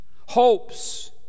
hopes